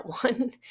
one